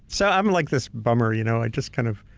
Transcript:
so i'm like this bummer, you know? i just kind of.